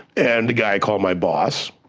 and a guy i call my boss,